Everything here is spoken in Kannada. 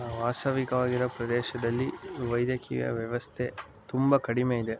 ವಾಸ್ತವಿಕವಾಗಿ ಇರೋ ಪ್ರದೇಶದಲ್ಲಿ ವೈದ್ಯಕೀಯ ವ್ಯವಸ್ಥೆ ತುಂಬ ಕಡಿಮೆಯಿದೆ